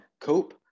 cope